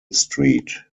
street